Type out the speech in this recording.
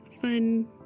fun